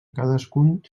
cadascun